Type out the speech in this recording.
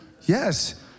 Yes